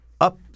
up